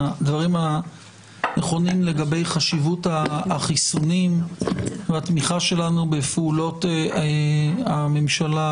הדברים הנכונים לגבי חשיבות החיסונים והתמיכה שלנו בפעולות הממשלה,